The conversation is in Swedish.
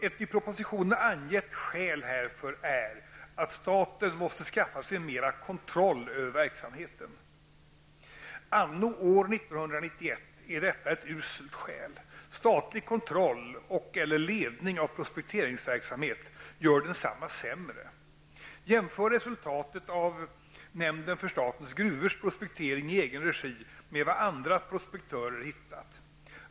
Ett i propositionen angett skäl härför är att staten måste skaffa sig mera kontroll över verksamheten: Anno 1991 är detta ett uselt skäl: Statlig kontroll och/eller ledning av prospekteringsverksamhet gör densamma sämre. Jämför resultatet av nämndens för statens gruvor prospektering i egen regi med vad andra prospektörer hittat.